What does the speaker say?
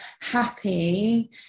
happy